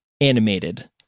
animated